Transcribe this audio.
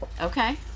okay